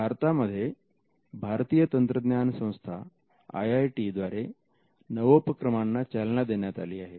भारतामध्ये भारतीय तंत्रज्ञान संस्था आय आय टी द्वारे नवोपक्रमांना चालना देण्यात आली आहे